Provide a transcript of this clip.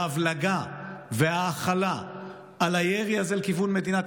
ההבלגה וההכלה של הירי הזה לכיוון מדינת